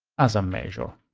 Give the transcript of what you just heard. as a measure.